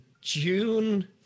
June